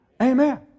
Amen